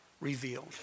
revealed